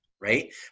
right